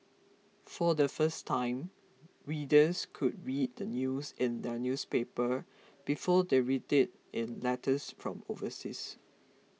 for the first time readers could read the news in their newspaper before they read it in letters from overseas